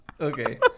Okay